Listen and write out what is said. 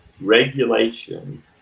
regulation